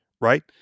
right